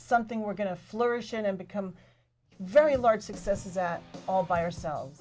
something we're going to flourish and become very large successes at all by oursel